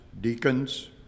deacons